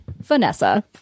Vanessa